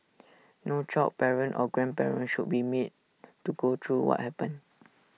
no child parent or grandparent should be made to go through what happened